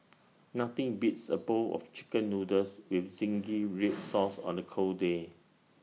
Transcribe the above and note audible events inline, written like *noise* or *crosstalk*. nothing beats A bowl of Chicken Noodles with zingy *noise* Red Sauce on A cold day